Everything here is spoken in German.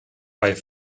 bei